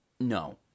No